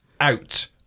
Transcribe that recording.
Out